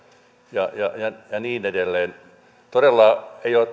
ja niin edelleen todella ei ole